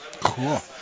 Cool